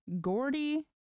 Gordy